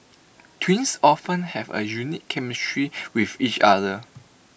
twins often have A unique chemistry with each other